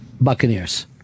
Buccaneers